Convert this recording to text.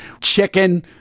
chicken